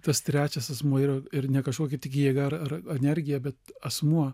tas trečias asmuo yra ir ne kažkokia jėga ar energija bet asmuo